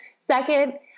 Second